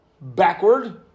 backward